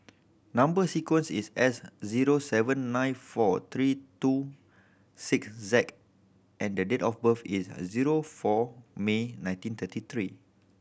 number sequence is S zero seven nine four three two six Z and the date of birth is zero four May nineteen thirty three